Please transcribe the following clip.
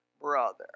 Brother